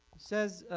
says,